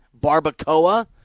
Barbacoa